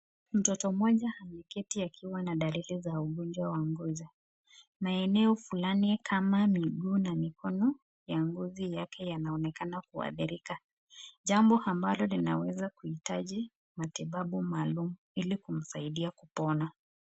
Mtoto mmoja ameketi akiwa na dalili za ugonjwa wa ngozi. Maeneo fulani kama miguu na mikono ya ngozi yake yanaonekana kuadhirika. Jambo ambalo linaweza kuhitaji matibabu maalum ili kumsaidia kupona.